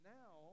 now